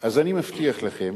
אני מבטיח לכם